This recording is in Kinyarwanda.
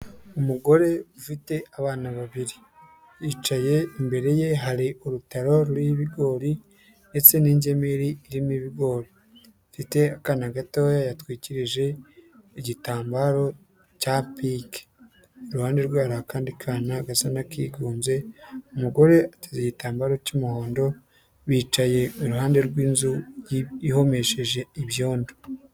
Umugore ufite abana babiri yicaye, imbere ye hari urutaro ruriho ibigori ndetse n'ingemeri irimo ibigori afite akana gatoya yatwikirije igitambaro cya pinke, iruhande rwe hari akandi kana gasa n'akigunze, umugore ateza igitambaro cy'umuhondo, bicaye iruhande rw'inzu ihomesheje ibyondo.